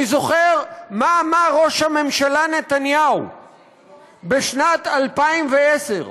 אני זוכר מה אמר ראש הממשלה נתניהו בשנת 2010,